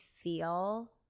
feel